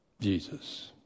Jesus